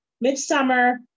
midsummer